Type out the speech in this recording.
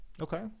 Okay